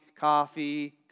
coffee